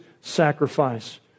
sacrifice